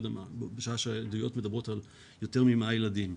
בשעה שהעדויות מדברות על יותר מ-100 ילדים.